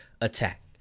attack